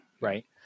Right